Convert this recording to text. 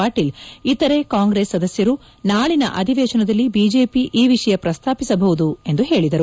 ಪಾಟೀಲ್ ಇತರೆ ಕಾಂಗ್ರೆಸ್ ಸದಸ್ಯರು ನಾಳಿನ ಅಧಿವೇಶನದಲ್ಲಿ ಬಿಜೆಪಿ ಈ ವಿಷಯ ಪ್ರಸ್ತಾಪಿಸಬಹುದು ಎಂದು ಹೇಳಿದರು